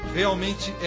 realmente